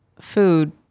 food